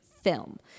film